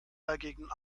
dagegen